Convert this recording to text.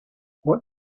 what